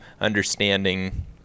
understanding